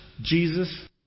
Jesus